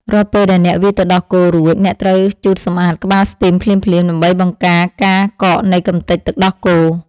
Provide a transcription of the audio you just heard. រាល់ពេលដែលអ្នកវាយទឹកដោះគោរួច អ្នកត្រូវជូតសម្អាតក្បាលស្ទីមភ្លាមៗ ដើម្បីបង្ការការកកនៃកម្ទេចទឹកដោះគោ។